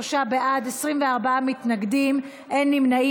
43 בעד, 24 מתנגדים, אין נמנעים.